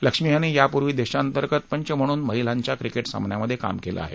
लक्ष्मी यांनी यापूर्वी देशांतर्गत पंच म्हणून महिलांच्या क्रिकेट सामन्यांमध्ये काम केले आहे